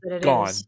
gone